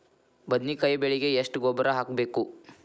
ಬದ್ನಿಕಾಯಿ ಬೆಳಿಗೆ ಎಷ್ಟ ಗೊಬ್ಬರ ಹಾಕ್ಬೇಕು?